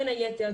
בין היתר,